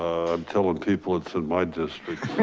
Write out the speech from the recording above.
i'm telling people it's in my district.